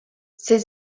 ses